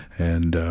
and